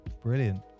Brilliant